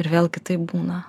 ir vėl kitaip būna